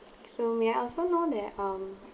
so may I also know that um